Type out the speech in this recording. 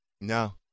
No